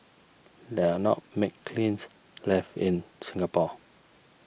there are not many kilns left in Singapore